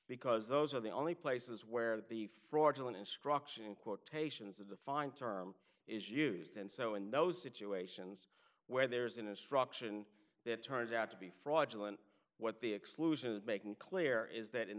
because those are the only places where the fraudulent instruction in quotations a defined term is used and so in those situations where there's an instruction that turns out to be fraudulent what the exclusion is making clear is that in